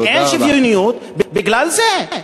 אין שוויוניות בגלל זה.